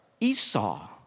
Esau